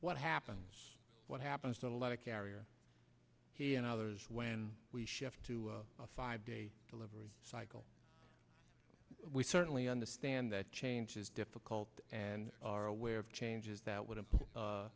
what happens what happens to a lot of carrier he and others when we shift to a five day delivery cycle we certainly understand that change is difficult and are aware of changes that would